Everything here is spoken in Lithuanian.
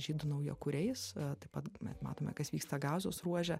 žydų naujakuriais taip pat matome kas vyksta gazos ruože